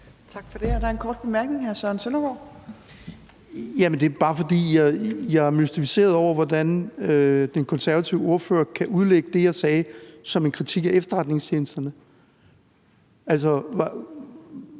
Tak for det. Der er en kort bemærkning fra hr. Søren Søndergaard. Kl. 19:21 Søren Søndergaard (EL): Det er bare, fordi jeg er mystificeret over, hvordan den konservative ordfører kan udlægge det, jeg sagde, som en kritik af efterretningstjenesterne. Altså,